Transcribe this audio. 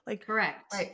Correct